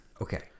Okay